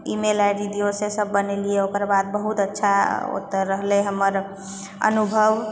email ID दिऔ से सब बनैलिए ओकर बाद बहुत अच्छा ओतऽ रहलै हमर अनुभव